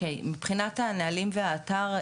מבחינת הנהלים והאתר,